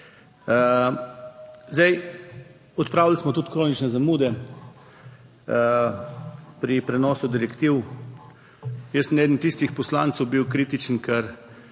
Zdaj, odpravili smo tudi kronične zamude pri prenosu direktiv. Jaz sem eden tistih poslancev bil kritičen, ker